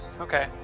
Okay